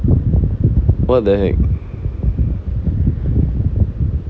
what the heck